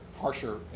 harsher